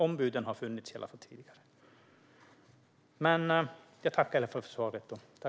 Ombuden har funnits hela tiden. Jag tackar ändå för svaret.